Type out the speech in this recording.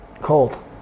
cold